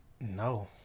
no